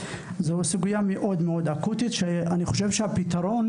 אבל זו סוגייה מאוד אקוטית שאני חושב שהפתרון